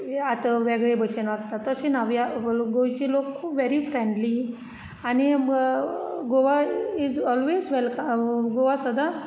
आतां वेगळे बशेन वागता तशें ना वी आ गोंयचे लोक वेरी फ्रेंडली आनी Goa Goa is always welcome Goa सदांच